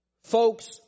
Folks